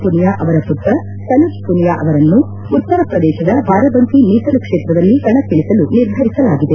ಪುನಿಯಾ ಅವರ ಪುತ್ರ ತನುಜ್ ಪುನಿಯಾ ಅವರನ್ನು ಉತ್ತರ ಪ್ರದೇಶದ ಬಾರಬಂಕಿ ಮೀಸಲು ಕ್ವೇತ್ರದಲ್ಲಿ ಕಣಕ್ಕಿಳಿಸಲು ನಿರ್ಧರಿಸಲಾಗಿದೆ